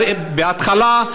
בהתחלה,